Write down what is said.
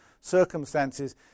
circumstances